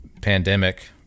pandemic